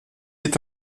est